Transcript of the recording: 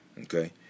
okay